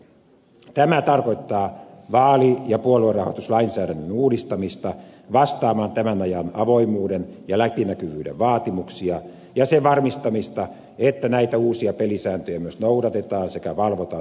tämä tarkoittaa vaali ja puoluerahoituslainsäädännön uudistamista vastaamaan tämän ajan avoimuuden ja läpinäkyvyyden vaatimuksia ja sen varmistamista että näitä uusia pelisääntöjä myös noudatetaan sekä valvotaan tehokkaasti